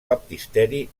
baptisteri